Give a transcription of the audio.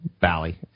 Valley